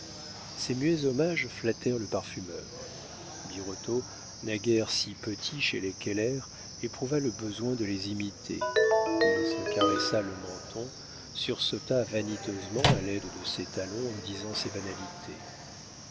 ces muets hommages flattèrent le parfumeur birotteau naguère si petit chez les keller éprouva le besoin de les imiter il se caressa le menton sursauta vaniteusement à l'aide de ses talons en disant ses banalités